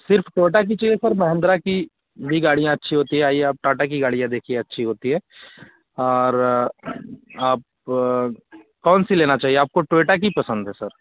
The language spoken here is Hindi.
सिर्फ टोयटा की चाहिए सर महिंद्रा की भी गाड़ियाँ अच्छी होती हैं आइए आप टाटा की गाड़ियाँ देखिए अच्छी होती हैं और आप कौन सी लेना चाहिये आपको टोयटा की पसंद है सर